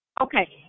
Okay